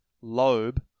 lobe